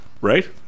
right